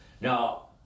Now